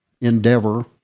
endeavor